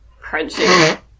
Crunchy